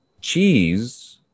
cheese